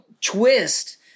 Twist